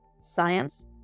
science